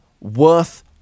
worth